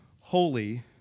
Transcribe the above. holy